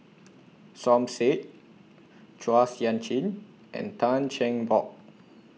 Som Said Chua Sian Chin and Tan Cheng Bock